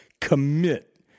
commit